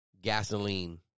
gasoline